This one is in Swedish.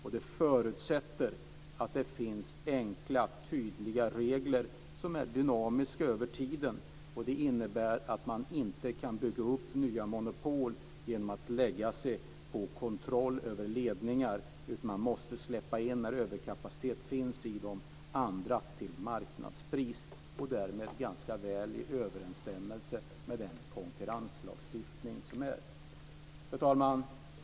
Det förutsätter att det finns enkla, tydliga regler som är dynamiska över tiden. Det innebär att man inte kan bygga upp nya monopol genom att ta kontroll över ledningar, utan man måste när överkapacitet finns släppa in andra till marknadspris, vilket är ganska väl i överensstämmelse med den konkurrenslagstiftning som finns. Fru talman!